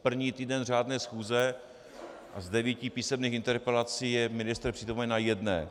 Je první týden řádné schůze a z devíti písemných interpelací je ministr přítomen na jedné.